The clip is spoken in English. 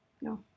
No